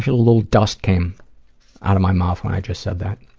little dust came out of my mouth when i just said that.